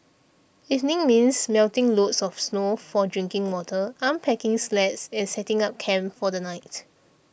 evenings means melting loads of snow for drinking water unpacking sleds and setting up camp for the night